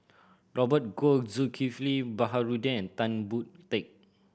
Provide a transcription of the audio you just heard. Robert Goh Zulkifli Baharudin and Tan Boon Teik